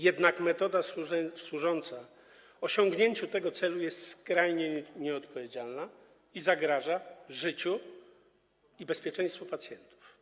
Jednak metoda służąca osiągnięciu tego celu jest skrajnie nieodpowiedzialna i zagraża życiu i bezpieczeństwu pacjentów.